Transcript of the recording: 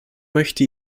möchte